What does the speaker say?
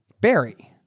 berry